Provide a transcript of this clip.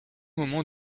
moments